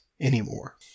anymore